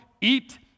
eat